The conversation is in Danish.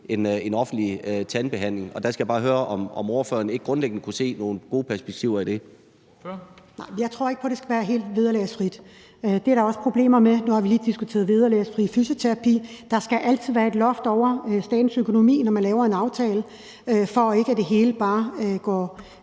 en offentlig tandbehandling. Der skal jeg bare høre, om ordføreren ikke grundlæggende kunne se nogle gode perspektiver i det? Kl. 11:22 Formanden (Henrik Dam Kristensen): Ordføreren. Kl. 11:22 Liselott Blixt (DF): Nej, jeg tror ikke på, at det skal være helt vederlagsfrit. Det er der også problemer med. Nu har vi lige diskuteret vederlagsfri fysioterapi. Der skal altid være et loft over statens økonomi, når man laver en aftale, for at det hele ikke bare går